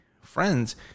friends